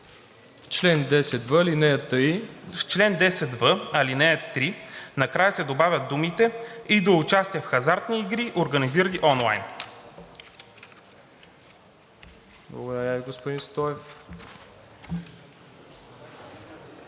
В чл. 10в, ал. 3 накрая се добавят думите: „и до участие в хазартни игри, организирани онлайн“.